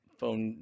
phone